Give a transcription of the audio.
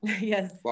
Yes